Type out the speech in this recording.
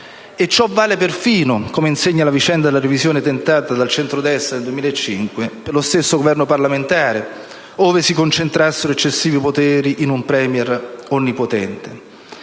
Ciò vale perfino (come insegna la vicenda della revisione tentata dal centrodestra nel 2005) per lo stesso Governo parlamentare, ove si concentrassero eccessivi poteri in un *Premier* onnipotente.